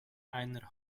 einer